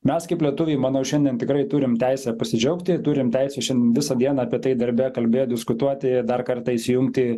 mes kaip lietuviai manau šiandien tikrai turim teisę pasidžiaugti turim teisę šiandien visą dieną apie tai darbe kalbėt diskutuoti dar kartą įsijungti